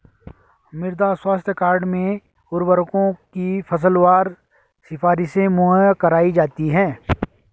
मृदा स्वास्थ्य कार्ड में उर्वरकों की फसलवार सिफारिशें मुहैया कराई जाती है